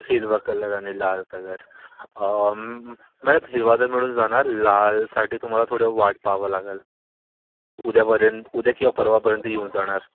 हिरवा कलर आणि लाल कलर मॅडम हिरवा तर मिळून जाणार लालसाठी तुम्हाला थोडं वाट पाहावं लागंल उद्यापर्यंत उद्या किंवा परवापर्यंत येऊन जाणार